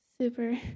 super